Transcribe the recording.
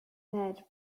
ned